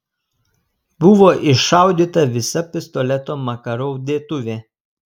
buvo iššaudyta visa pistoleto makarov dėtuvė